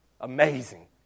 Amazing